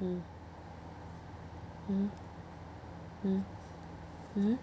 mm mm mm mmhmm